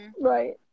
right